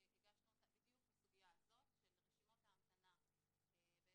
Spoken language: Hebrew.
בדיוק בסוגיה הזאת של רשימות ההמתנה שכבר